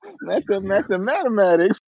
Mathematics